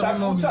אותה קבוצה,